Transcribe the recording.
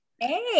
hey